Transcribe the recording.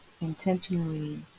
intentionally